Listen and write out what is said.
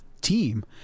team